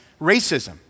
racism